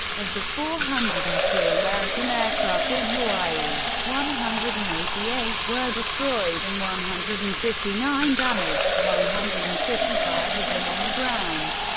of the four hundred and two american aircraft in hawaii, one hundred and eighty eight were destroyed and one hundred and fifty nine damaged, one hundred and fifty five of them on the ground.